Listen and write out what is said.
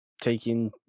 taking